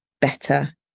better